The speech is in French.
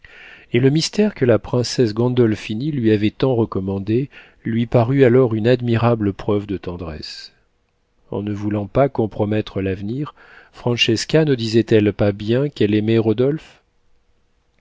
et le mystère que la princesse gandolphini lui avait tant recommandé lui parut alors une admirable preuve de tendresse en ne voulant pas compromettre l'avenir francesca ne disait-elle pas bien qu'elle aimait rodolphe